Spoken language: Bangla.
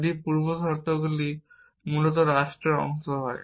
যদি পূর্বশর্তগুলি মূলত রাষ্ট্রের অংশ হয়